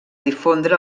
difondre